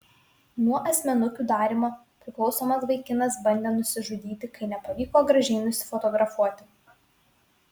nuo asmenukių darymo priklausomas vaikinas bandė nusižudyti kai nepavyko gražiai nusifotografuoti